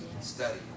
Study